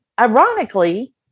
ironically